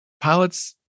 pilots